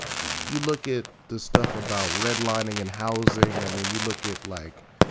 you look at the stuff about redlining, and housing. i mean, you look at, like,